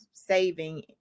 saving